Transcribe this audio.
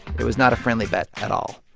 it was not a friendly bet at all.